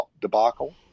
debacle